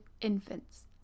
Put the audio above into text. infants